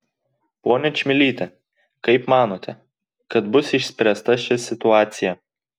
ponia čmilyte kaip manote kad bus išspręsta ši situacija